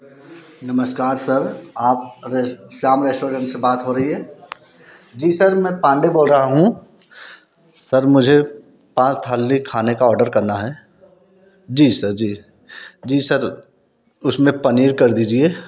नमस्कार सर आप अगर श्याम रेस्टॉरेंट से बात हो रही है जी सर मैं पांडे बोल रहा हूँ सर मुझे पाँच थाली खाने का ऑर्डर करना है जी सर जी जी सर उसमें पनीर कर दीजिए